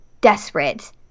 desperate